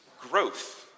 growth